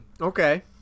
Okay